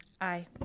Aye